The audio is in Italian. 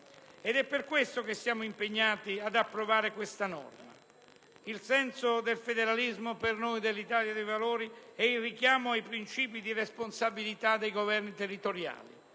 È per questo che siamo impegnati ad approvare questa norma. Il senso del federalismo per noi dell'Italia dei Valori è il richiamo ai principi di responsabilità dei governi territoriali,